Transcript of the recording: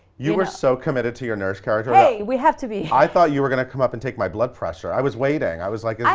you were so committed to your nurse card hey, we have to be. i thought you were gonna come up and take my blood pressure. i was waiting i was like. i